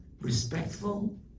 respectful